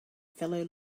fellow